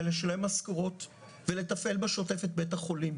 לשלם משכורות ולתפעל בשוטף את בית החולים.